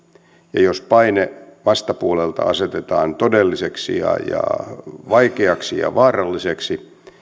ja jos paine vastapuolelta asetetaan todelliseksi ja ja vaikeaksi ja vaaralliseksi